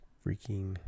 freaking